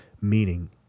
meaning